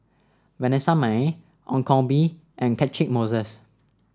Vanessa Mae Ong Koh Bee and Catchick Moses